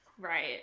right